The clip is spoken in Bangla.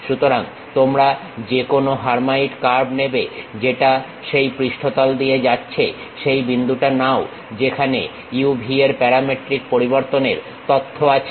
সুতরাং তোমরা যেকোনো হারমাইট কার্ভ নেবে যেটা সেই পৃষ্ঠতল দিয়ে যাচ্ছে সেই বিন্দুটা নাও যেখানে u v এর প্যারামেট্রিক পরিবর্তনের তথ্য আছে